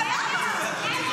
אבל למה?